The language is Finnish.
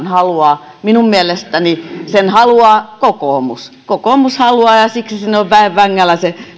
haluaa minun mielestäni sen haluaa kokoomus kokoomus haluaa ja siksi sinne pullaan on väen vängällä se